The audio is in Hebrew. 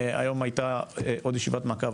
היום הייתה עוד ישיבת מעקב.